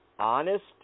Honest